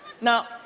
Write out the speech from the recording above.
Now